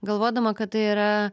galvodama kad tai yra